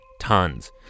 tons